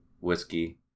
whiskey